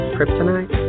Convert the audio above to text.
Kryptonite